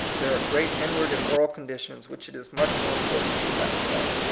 there are great inward and moral condi tions which it is much more important to satisfy.